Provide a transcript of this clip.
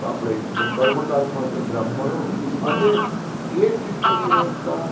આપણે કર્મકાંડ માટે બ્રાહ્મણો અને એ શિક્ષણ વ્યવસ્થા